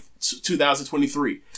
2023